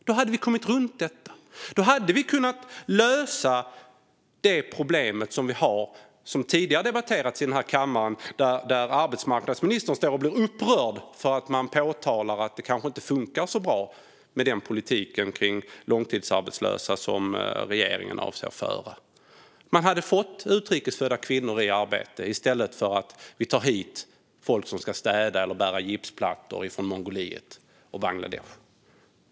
Då hade vi kunnat lösa det problem som tidigare har debatterats i kammaren, då arbetsmarknadsministern blev upprörd för att vi påpekade att politiken för långtidsarbetslösa som regeringen avser att föra inte funkar så bra. Man hade fått utrikes födda kvinnor i arbete i stället för att ta hit folk från Mongoliet och Bangladesh som ska städa eller bära gipsplattor.